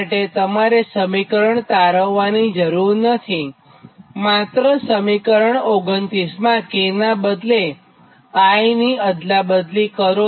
તો તમારે સમીકરણ તારવ્વાની જરૂર નથીમાત્ર સમીકરણ 29 માં k અને i ની અદલા બદલી કરો